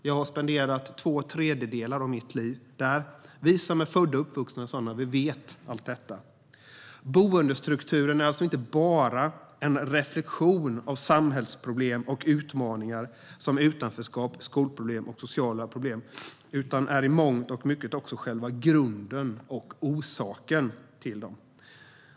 Jag spenderade två tredjedelar av mitt liv där. Boendestrukturen är alltså inte bara en reflektion av samhällsproblem och utmaningar såsom utanförskap, skolproblem och sociala problem, utan den är i mångt och mycket också själva grunden och orsaken till dessa problem.